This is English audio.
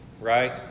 right